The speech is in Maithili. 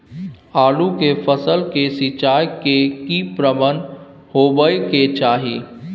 आलू के फसल के सिंचाई के की प्रबंध होबय के चाही?